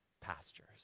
pastures